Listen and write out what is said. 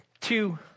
two